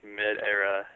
mid-era